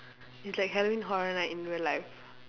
it's like halloween horror night in real life